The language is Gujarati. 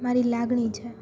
મારી લાગણી છે